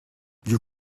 your